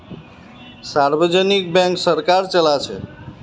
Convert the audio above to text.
सार्वजनिक बैंक सरकार चलाछे